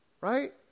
right